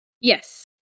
Yes